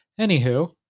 Anywho